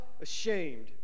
ashamed